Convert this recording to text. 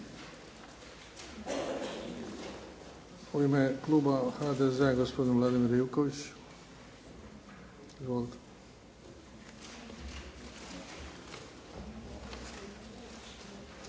U ime kluba HDZ, gospodin Vladimir Ivković.